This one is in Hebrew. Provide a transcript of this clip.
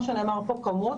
כמו שנאמר פה,